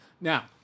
Now